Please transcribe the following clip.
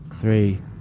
Three